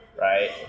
right